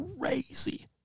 Crazy